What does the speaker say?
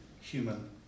human